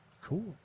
Cool